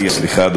אגבאריה, סליחה,